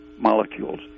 molecules